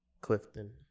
Clifton